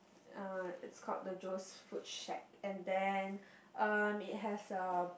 uh it's called the Joe's food shack and then um it has a